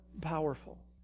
powerful